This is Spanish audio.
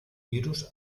virus